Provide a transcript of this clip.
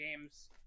games